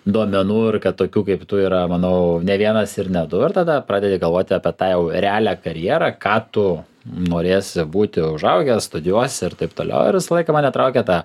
duomenų ir kad tokių kaip tu yra manau ne vienas ir ne du ir tada pradedi galvoti apie tą jau realią karjerą ką tu norėsi būti užaugęs studijuosi ir taip toliau ir visą laiką mane traukė ta